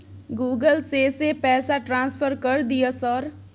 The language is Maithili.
गूगल से से पैसा ट्रांसफर कर दिय सर?